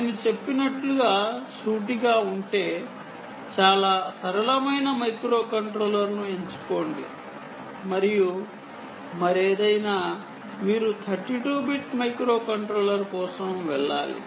నేను చెప్పినట్లుగా సూటిగా ఉంటే చాలా సరళమైన మైక్రోకంట్రోలర్ను ఎంచుకోండి మరియు మరేదైనా మీరు 32 బిట్ మైక్రోకంట్రోలర్ కోసం వెళ్ళాలి